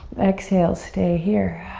exhale, stay here.